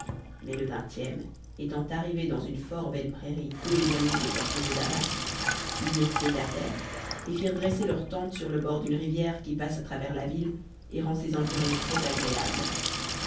mais le vingtième étant arrivés dans une fort belle prairie peu éloignée des portes de damas ils mirent pied à terre et firent dresser leurs tentes sur le bord d'une rivière qui passe à travers la ville et rend ses environs